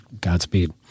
Godspeed